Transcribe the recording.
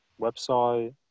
website